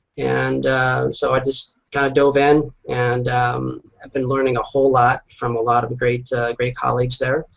and so i just kind of dove in. and i've been learning a whole lot from a lot of great great colleagues there.